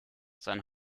sein